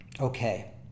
okay